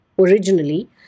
Originally